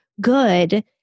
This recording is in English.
good